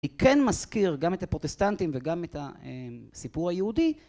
היא כן מזכיר גם את הפרוטסטנטים וגם את הסיפור היהודי.